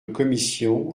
commission